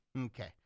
Okay